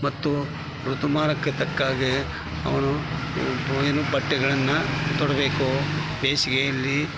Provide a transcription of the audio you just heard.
ಮತ್ತು ಋತುಮಾನಕ್ಕೆ ತಕ್ಕ ಹಾಗೆ ಅವನು ಏನು ಬಟ್ಟೆಗಳನ್ನ ತೊಡಬೇಕು ಬೇಸಿಗೆಯಲ್ಲಿ